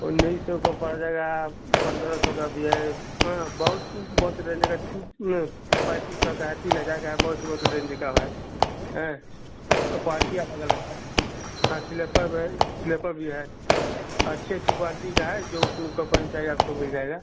उन्नीस सौ का पड़ जाएगा पन्द्रह सौ का भी है बहुत बहुत रेंज का पैंतीस सौ का है तीन हजार का है बहुत बहुत रेंज का है और क्वालटी अलग अलग है हाँ स्लेपर में स्लेपर भी है अच्छी अच्छी क्वालटी का है जो कपन चाहिए आपको मिल जाएगा